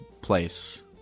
place